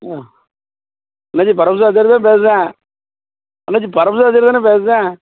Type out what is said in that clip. ம் அண்ணாச்சி பரமேசு ஆசாரிதான் பேசுகிறேன் அண்ணாச்சி பரமமேசு ஆசாரிதானே பேசுகிறேன்